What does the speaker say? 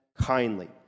kindly